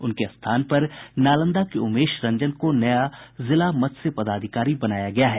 उनके स्थान पर नालंदा के उमेश रंजन को नया जिला मत्स्य पदाधिकारी बनाया गया है